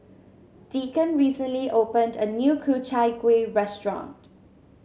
Deacon recently opened a new Ku Chai Kueh restaurant